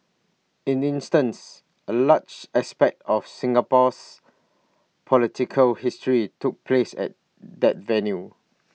in instance A large aspect of Singapore's political history took place at that venue